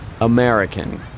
American